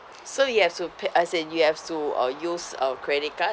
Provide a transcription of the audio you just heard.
so you have to pay as in you have to uh use a credit card